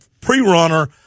pre-runner